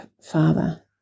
father